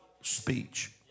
speech